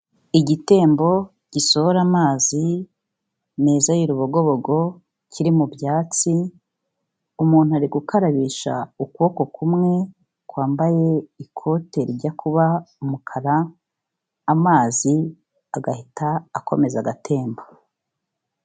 Igitembo gisohora amazi meza y'urubogobogo kiri mu byatsi, umuntu ari gukarabisha ukuboko kumwe kwambaye ikote rijya kuba umukara, amazi agahita akomeza agatemba.